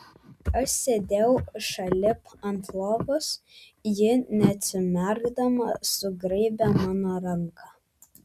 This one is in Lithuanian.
aš sėdėjau šalip ant lovos ji neatsimerkdama sugraibė mano ranką